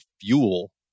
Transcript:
fuel